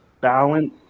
balance